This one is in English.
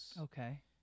Okay